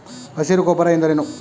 ಹಸಿರು ಗೊಬ್ಬರ ಎಂದರೇನು?